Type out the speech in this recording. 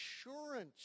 assurance